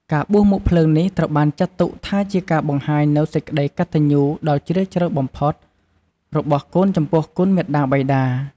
ការបួសមុខភ្លើងនេះត្រូវបានចាត់ទុកថាជាការបង្ហាញនូវសេចក្ដីកតញ្ញូដ៏ជ្រាលជ្រៅបំផុតរបស់កូនចំពោះគុណមាតាបិតា។